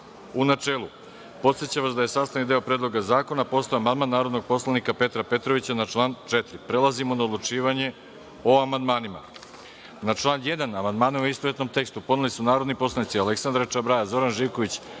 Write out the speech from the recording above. u načelu. Podsećam vas da je sastavni deo Predloga zakona postao amandman narodnog poslanika Petra Petrovića na član 4.Prelazimo na odlučivanje o amandmanima. Na član 1. amandmane u istovetnom tekstu podneli su narodni poslanici Aleksandra Čabraja, Zoran Živković,